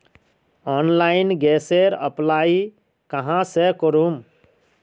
Online गैसेर apply कहाँ से करूम?